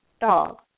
dog